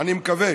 אני מקווה.